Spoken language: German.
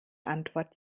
antwort